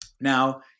Now